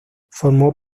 formó